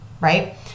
right